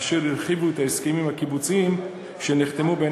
אשר הרחיבו את ההסכמים הקיבוציים שנחתמו בין